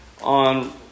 on